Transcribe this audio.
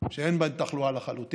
שאין בהם תחלואה בכלל.